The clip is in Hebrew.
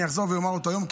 ואני אחזור ואומר אותו היום,